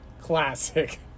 classic